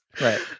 Right